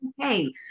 Okay